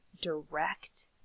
direct